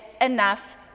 enough